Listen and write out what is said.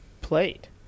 played